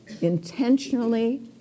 intentionally